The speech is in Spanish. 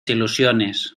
ilusiones